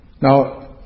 Now